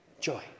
Joy